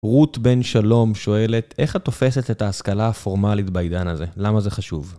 רות בן שלום שואלת, איך את תופסת את ההשכלה הפורמלית בעידן הזה, למה זה חשוב?